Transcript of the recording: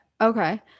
Okay